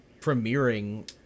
premiering